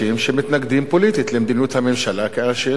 פוליטית למדיניות הממשלה כאנשים של טרור.